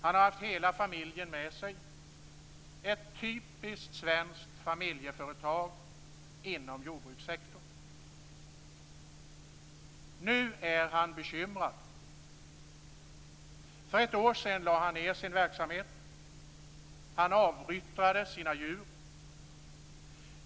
Han har haft hela familjen med sig, i ett typiskt svenskt familjeföretag inom jordbrukssektorn. Nu är han bekymrad. För ett år sedan lade han ned sin verksamhet. Han avyttrade sina djur.